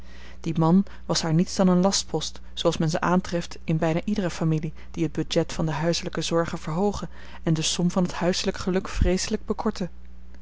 die man was haar niets dan een lastpost zooals men ze aantreft in bijna iedere familie die het budget van de huiselijke zorgen verhoogen en de som van t huiselijk geluk vreeselijk bekorten